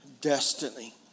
destiny